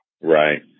Right